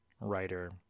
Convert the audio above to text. writer